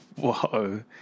Whoa